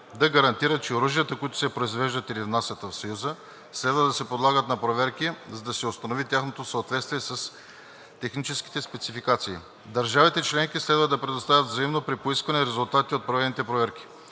да гарантират, че оръжията, които се произвеждат или внасят в Съюза, следва да се подлагат на проверки, за да се установи тяхното съответствие с техническите спецификации. Държавите членки следва да предоставят взаимно при поискване резултатите от проведените проверки.